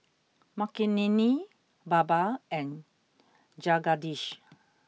Makineni Baba and Jagadish